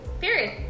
Period